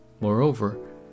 Moreover